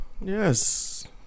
Yes